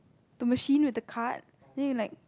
the machine with the card then you like